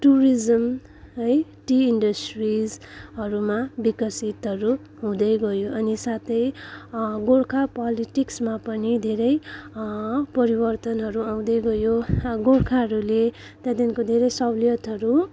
tourism है tea इन्डस्ट्रिजहरूमा विकसितहरू हुँदै गयो अनि साथै गोर्खा पोलिटिक्समा पनि धेरै परिवर्तनहरू आउँदै गयो गोर्खाहरूले त्यहाँदेखिको धेरै सहुलियतहरू